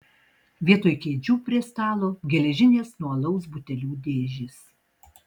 vietoj kėdžių prie stalo geležinės nuo alaus butelių dėžės